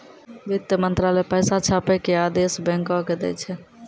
वित्त मंत्रालय पैसा छापै के आदेश बैंको के दै छै